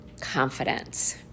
confidence